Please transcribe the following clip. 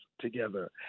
together